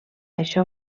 això